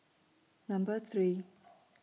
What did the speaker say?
Number three